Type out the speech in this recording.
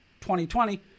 2020